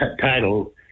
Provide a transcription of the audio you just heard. title